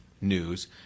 news